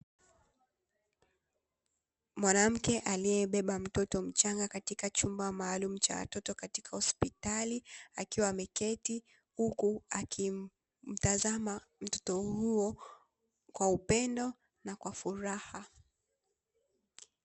Mwanamke aliyebeba mtoto mchanga katika chumba maalumu cha watoto katika hospitali, akiwa ameketi huku akimtazama mtoto huyo kwa upendo na kwa furaha.